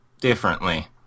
differently